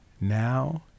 now